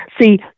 see